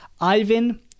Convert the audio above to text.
Ivan